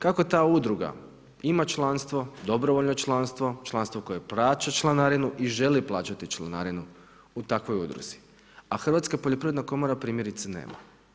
Kako ta udruga ima članstvo, dobrovoljno članstvo, članstvo koje plaća članarinu i želi plaćati članarinu u takvoj udruzi, a Hrvatska poljoprivredna komora primjerice nema?